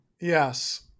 Yes